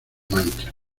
manchas